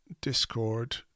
Discord